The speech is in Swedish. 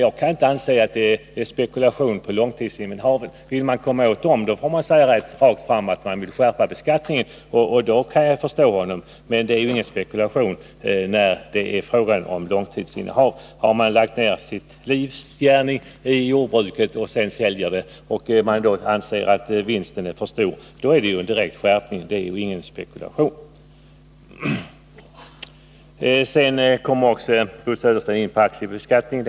Jag kan inte inse att det när det gäller långtidsinnehaven är fråga om en spekulation. För att komma åt dessa vinster får man säga rent ut att man vill skärpa beskattningen. I så fall kan jag förstå Bo Södersten. Men det är ju inte fråga om någon spekulation när det gäller långtidsinnehav. Har man ägnat sitt livs gärning åt jordbruket och sedan säljer det är det ju inte fråga om någon spekulation. Om det anses att skatten på den vinst som då uppstår bör skärpas, får man säga det rent ut, men det är ju här inte fråga om någon spekulation. Bo Södersten kom också in på frågan om aktiebeskattningen.